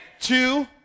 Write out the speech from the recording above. Two